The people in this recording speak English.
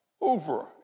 over